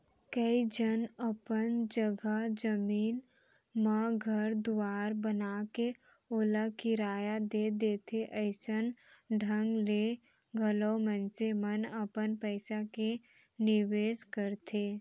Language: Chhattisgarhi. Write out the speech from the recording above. कइ झन अपन जघा जमीन म घर दुवार बनाके ओला किराया दे देथे अइसन ढंग ले घलौ मनसे मन अपन पइसा के निवेस करथे